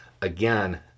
Again